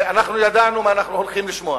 אנחנו ידענו מה אנחנו הולכים לשמוע,